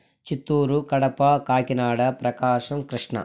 Chittoor Kadapa Kakinada Prakasam Krishna